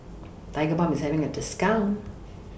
Tigerbalm IS having A discount